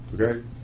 Okay